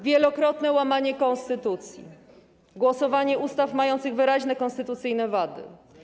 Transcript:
Wielokrotne łamanie konstytucji, głosowanie nad ustawami mającymi wyraźne konstytucyjne wady.